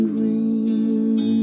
ring